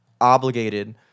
obligated